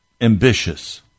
ambitious